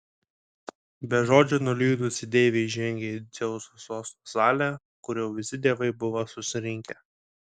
be žodžio nuliūdusi deivė įžengė į dzeuso sosto salę kur jau visi dievai buvo susirinkę